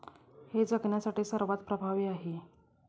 हे जगण्यासाठी सर्वात प्रभावी आहे